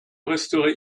resterai